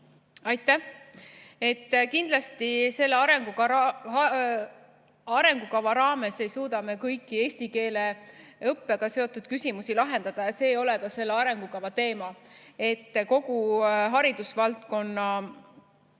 Aitäh! Kindlasti selle arengukava raames ei suuda me kõiki eesti keele õppega seotud küsimusi lahendada ja see ei ole ka selle arengukava teema. Kogu haridusvaldkonna